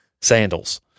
sandals